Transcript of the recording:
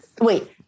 Wait